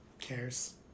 cares